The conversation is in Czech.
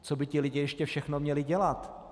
Co by ti lidé ještě všechno měli dělat?